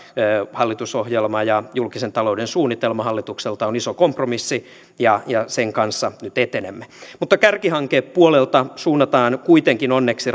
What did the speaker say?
hallitusohjelma ja julkisen talouden suunnitelma hallitukselta ovat iso kompromissi ja ja sen kanssa nyt etenemme kärkihankepuolelta suunnataan kuitenkin onneksi